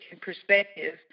perspective